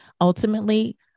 ultimately